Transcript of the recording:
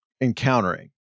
encountering